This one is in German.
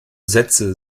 sätze